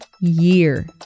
year